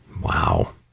Wow